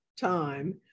time